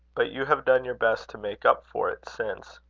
but you have done your best to make up for it since.